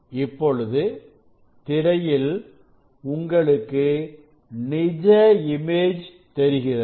இப்பொழுது திரையில் உங்களுக்கு நிஜ இமேஜ் தெரிகிறது